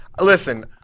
Listen